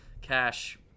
cash